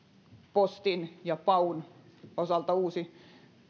postin ja paun osalta uusi